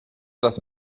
das